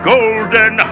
Golden